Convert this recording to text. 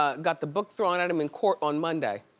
ah got the book thrown at him in court on monday.